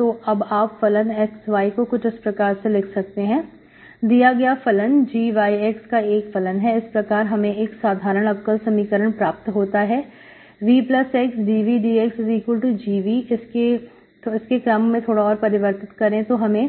तो अब आप फलन fxy को कुछ इस प्रकार से लिख सकते हैं दिया गया फलनgyx का एक फलन है इस प्रकार हमें एक साधारण अवकल समीकरण प्राप्त होता है Vx dVdxgV किसके रूम को थोड़ा और परिवर्तित करें तो हमें